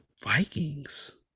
Vikings